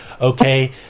okay